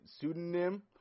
pseudonym